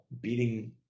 beating